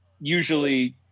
usually